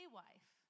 wife